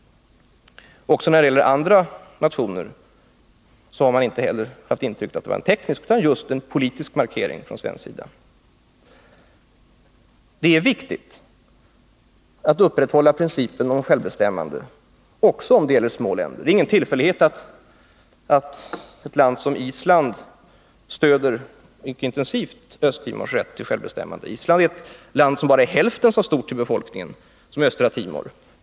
Inte heller andra nationer har haft intrycket att det var en teknisk förändring, utan de har uppfattat det som en politisk markering från svensk sida. Det är viktigt att upprätthålla principen om självbestämmande också när det gäller små länder. Det är ingen tillfällighet att ett land som Island mycket engagerat stöder Östtimors rätt till självbestämmande. Island är ett land som med avseende på befolkningens storlek bara är hälften så stort som Östra Timor.